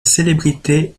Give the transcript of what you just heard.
célébrité